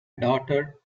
daughter